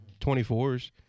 24s